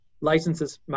licenses